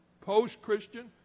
Post-Christian